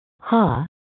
ha